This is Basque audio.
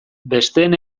besteen